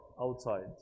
outside